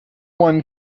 one